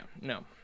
no